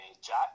Jack